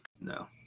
No